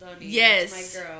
Yes